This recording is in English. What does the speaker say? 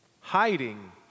hiding